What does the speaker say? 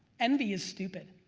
envy is stupid.